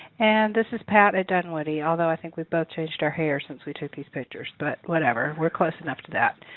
and this is pat at dunwoody, although i think we've both changed our hair since we took these pictures, but whatever. we're close enough to that.